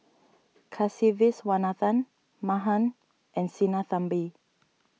Kasiviswanathan Mahan and Sinnathamby